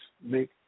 make